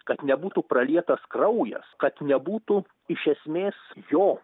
kad nebūtų pralietas kraujas kad nebūtų iš esmės jo